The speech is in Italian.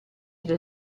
del